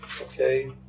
okay